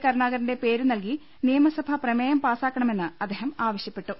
കരുണാകരന്റെ പേര് നല്കി നിയമസഭ പ്രമേയം പാസാ ക്കണമെന്ന് അദ്ദേഹം ആവശ്യപ്പെട്ടു